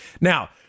Now